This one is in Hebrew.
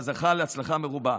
ואף זכה להצלחה מרובה.